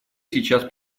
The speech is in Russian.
сейчас